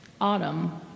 Autumn